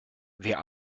wer